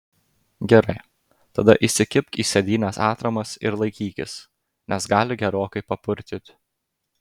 gerai tada įsikibk į sėdynes atramas ir laikykis nes gali gerokai papurtyti